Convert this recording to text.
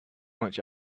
much